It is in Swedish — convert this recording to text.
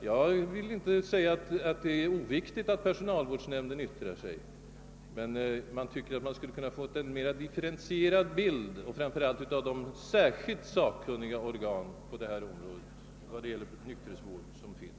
Jag vill inte säga att det är oviktigt att personalvårdsnämnden yttrar sig, men jag anser att man borde ha försökt få en mer differentierad opinionsbild genom att tillfråga de särskilt sakkunniga organen när det gäller nykterhetsvården.